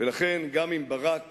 לכן, גם אם ברק